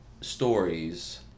stories